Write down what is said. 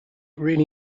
really